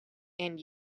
and